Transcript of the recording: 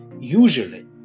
Usually